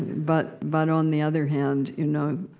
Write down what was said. but but on the other hand, you know.